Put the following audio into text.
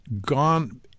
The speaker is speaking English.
gone